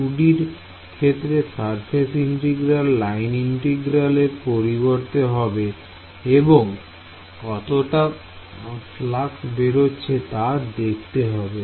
2D র ক্ষেত্রে surface integral line integral এ পরিবর্তিত হবে এবং কতটা ফ্লাক্স বেরোচ্ছে তা দেখতে হবে